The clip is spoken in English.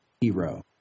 hero